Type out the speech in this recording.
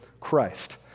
Christ